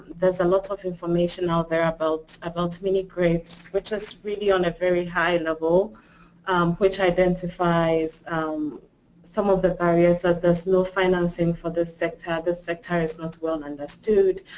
there is a lot of information out there about about mini grids, which is really on a very high level which identifies um some of the barriers as this low financing for the sector. this sector is not well understood.